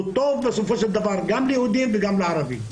הוא טוב בסופו של דבר גם ליהודים וגם לערבים.